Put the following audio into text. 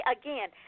again